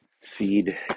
feed